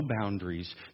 boundaries